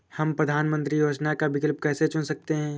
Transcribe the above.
हम प्रधानमंत्री योजनाओं का विकल्प कैसे चुन सकते हैं?